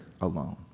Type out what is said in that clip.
alone